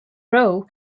row